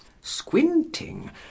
squinting